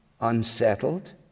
unsettled